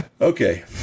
okay